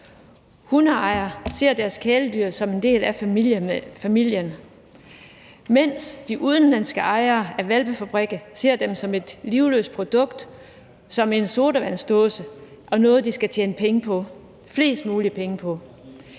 Hundeejere ser deres kæledyr som en del af familien, mens de udenlandske ejere af hvalpefabrikker ser dem som et livløst produkt, som en sodavandsdåse og noget, de skal tjene penge på – flest mulige penge på.